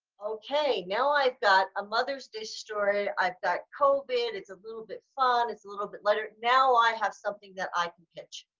okay now i've got a mother's day story. i've got covid, it's a little bit fun, it's a little bit lighter, now i have something that i can pitch.